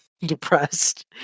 depressed